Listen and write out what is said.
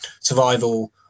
survival